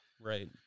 Right